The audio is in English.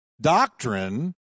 doctrine